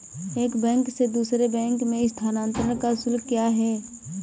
एक बैंक से दूसरे बैंक में स्थानांतरण का शुल्क क्या है?